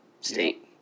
state